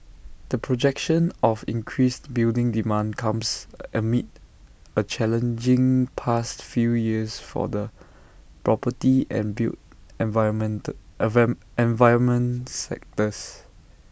the projection of increased building demand comes amid A challenging past few years for the property and built environment environment sectors